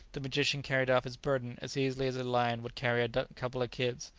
the magician carried off his burden as easily as a lion would carry a couple of kids.